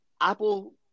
Apple